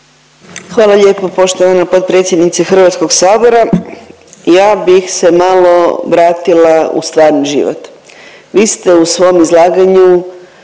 Hvala lijepo poštovana potpredsjednice Hrvatskog sabora. Ja bih se malo vratila u stvarni život. Vi ste u svom izlaganju